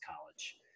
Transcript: College